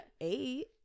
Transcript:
eight